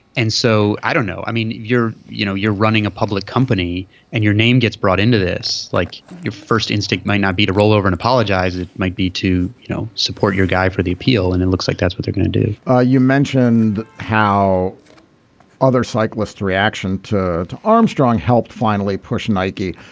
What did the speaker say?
and so i don't know. i mean you're you know you're running a public company and your name gets brought into this like your first instinct may not be to roll over and apologize. it might be to you know support your guy for the appeal and it looks like that's what they're going to do ah you mentioned how other cyclists reaction to to armstrong helped finally push nike.